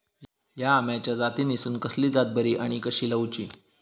हया आम्याच्या जातीनिसून कसली जात बरी आनी कशी लाऊची?